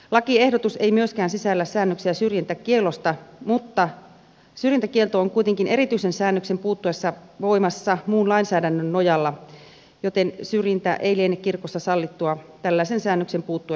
lakiehdotus ei myöskään sisällä säännöksiä syrjintäkiellosta mutta syrjintäkielto on kuitenkin erityisen säännöksen puuttuessa voimassa muun lainsäädännön nojalla joten syrjintä ei liene kirkossa sallittua tällaisen säännöksen puuttuessakaan